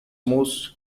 most